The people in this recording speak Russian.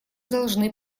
должны